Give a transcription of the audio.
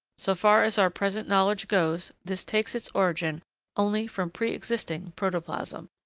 so far as our present knowledge goes, this takes its origin only from pre-existing protoplasm.